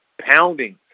pounding